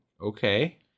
okay